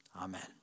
Amen